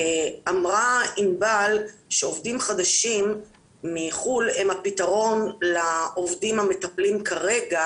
אמרה ענבל שעובדים חדשים מחו"ל הם הפתרון לעובדים המטפלים שעובדים כרגע